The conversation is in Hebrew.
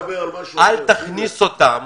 אל תכניס אותם